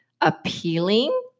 appealing